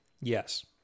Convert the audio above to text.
Yes